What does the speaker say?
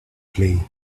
play